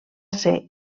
ser